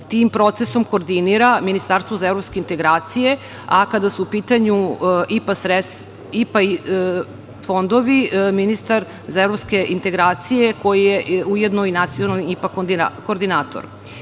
tim procesom koordinira Ministarstvo za evropske integracije, a kada su u pitanju IPA fondovi, ministar za evropske integracije koji je ujedno i nacionalni IPA koordinator. Iako